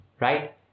right